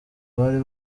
bari